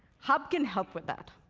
hub can help with that.